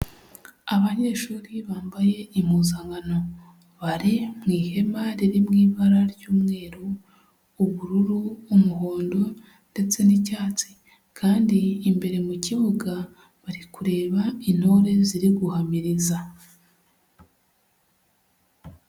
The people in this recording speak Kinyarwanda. Abanyeshuri bambaye impuzankano, bari mu ihema riri mu ibara ry'umweru, ubururu, umuhondo ndetse n'icyatsi kandi imbere mu kibuga bari kureba intore ziri guhamiriza.